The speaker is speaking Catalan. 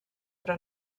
però